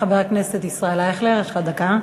חבר הכנסת ישראל אייכלר, יש לך דקה.